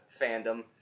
fandom